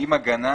עם הגנה